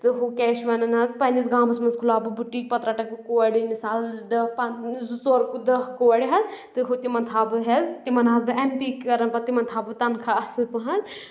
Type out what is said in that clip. تہٕ ہُہ کیٛاہ چھِ وَنان حظ پنٕنِس گامَس منٛز کھُلاوٕ بہٕ بُٹیٖک پتہٕ رَٹکھ بہٕ کورِ مِثال دہ پن زٕ ژور دہ کورِ حظ تہٕ ہُہ تِمَن تھاوٕ بہٕ حظ تِمَن آسہٕ بہٕ ایٚم پے کران پَتہٕ تِمَن تھاو بہٕ تَنخواہ اَصٕل پہَن